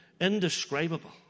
indescribable